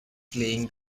playing